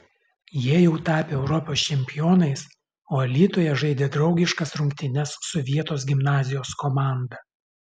jie jau tapę europos čempionais o alytuje žaidė draugiškas rungtynes su vietos gimnazijos komanda